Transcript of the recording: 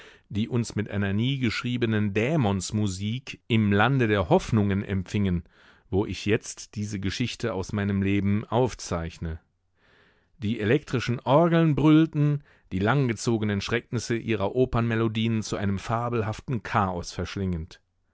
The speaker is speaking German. die uns mit einer nie geschriebenen dämonsmusik im lande der hoffnungen empfingen wo ich jetzt diese geschichte aus meinem leben aufzeichne die elektrischen orgeln brüllten die langgezogenen schrecknisse ihrer opernmelodien zu einem fabelhaften chaos verschlingend